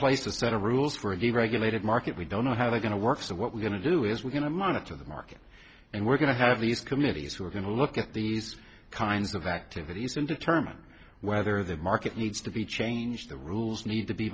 place a set of rules for a deregulated market we don't know how they're going to work so what we're going to do is we're going to monitor the market and we're going to have these communities who are going to look at these kinds of activities and determine whether the market needs to be changed the rules need to be